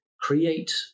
create